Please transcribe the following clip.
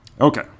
Okay